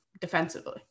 defensively